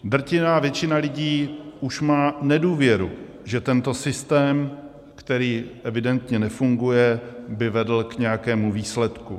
Drtivá většina lidí už má nedůvěru, že tento systém, který evidentně nefunguje, by vedl k nějakému výsledku.